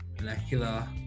molecular